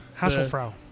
Hasselfrau